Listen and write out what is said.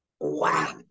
wow